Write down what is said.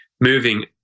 moving